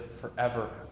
forever